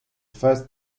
first